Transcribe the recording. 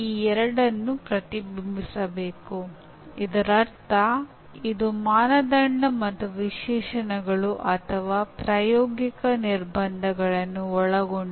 engineering ಕಾರ್ಯಕ್ರಮದ ಪದವೀಧರರು ಸ್ವತಃ ಹೇಗೆ ಕಲಿಯಬೇಕೆಂದು ತಿಳಿದಿರಬೇಕು